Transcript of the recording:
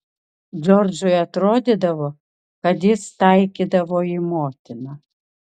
džordžui atrodydavo kad jis taikydavo į motiną